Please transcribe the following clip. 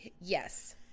Yes